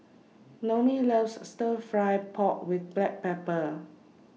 Noemie loves Stir Fry Pork with Black Pepper